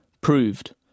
proved